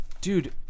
Dude